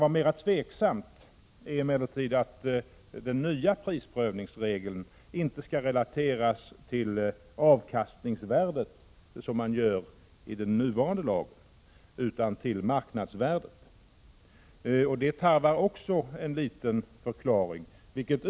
Mera tvivelaktigt är emellertid att den nya prisprövningsregeln inte skall relateras till avkastningsvärdet, som görs i den nuvarande lagen, utan till marknadsvärdet. Det tarvar också en förklaring.